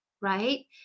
right